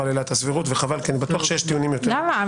לעילת הסבירות וחבל כי אני בטוח שיש טיעונים יותר- - למה?